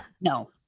No